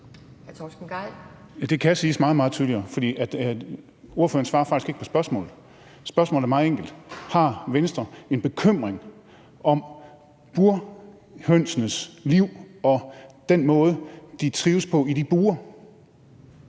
det kan siges meget, meget tydeligere, for ordføreren svarer faktisk ikke på spørgsmålet. Spørgsmålet er meget enkelt: Har Venstre en bekymring om burhønsenes liv og den måde, de trives på i de bure?